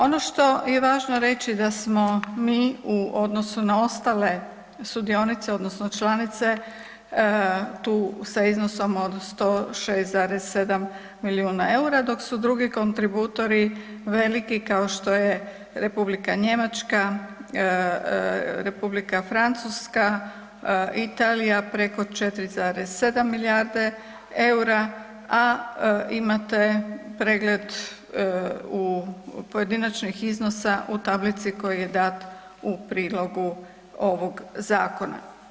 Ono što je važno reći da smo mi u odnosu na ostale sudionice odnosno članice tu sa iznosom od 106,7 milijuna eura dok su drugi kontributori veliki kao što je Republika Njemačka, Republika Francuska, Italija preko 4,7 milijardi eura, a imate pregled pojedinačnih iznosa u tablici koji je dat u prilogu ovog zakona.